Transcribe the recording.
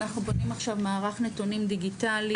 אנחנו בונים עכשיו מערך נתונים דיגיטלי